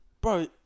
Bro